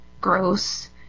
gross